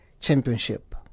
championship